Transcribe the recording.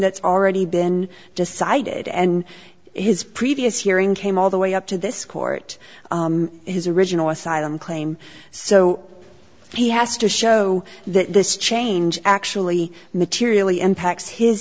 that's already been decided and his previous hearing came all the way up to this court his original asylum claim so he has to show that this change actually materially impacts his